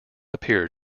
appear